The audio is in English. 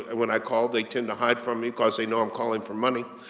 and when i call, they tend to hide from me, cause they know i'm calling for money.